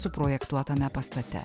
suprojektuotame pastate